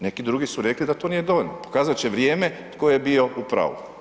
Neki drugi su rekli da to nije dovoljno, pokazati će vrijeme tko je bio u pravu.